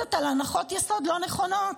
מתבססת על הנחות יסוד לא נכונות.